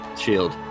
shield